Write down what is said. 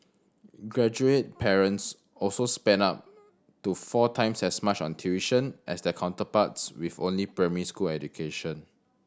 graduate parents also spent up to four times as much on tuition as their counterparts with only primary school education